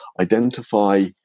identify